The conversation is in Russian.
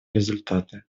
результаты